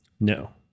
No